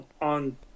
on